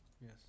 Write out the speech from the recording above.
Yes